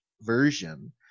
version